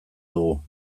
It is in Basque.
dugu